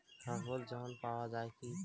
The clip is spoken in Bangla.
স্বল্প ঋণ পাওয়া য়ায় কি?